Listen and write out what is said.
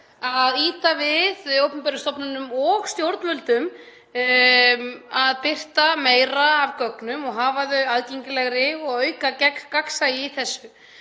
að ýta við opinberum stofnunum og stjórnvöldum til að birta meira af gögnum og hafa þau aðgengilegri og auka gagnsæi í þessu.